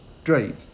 straight